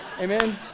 Amen